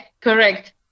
correct